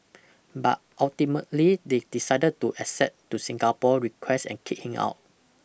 but ultimately they decided to accede to Singapore's request and kick him out